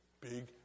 Big